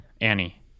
Annie